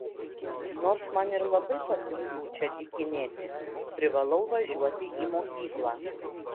nors man ir labai patiktų čia dykinėti privalau važiuoti į mokyklą